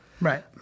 Right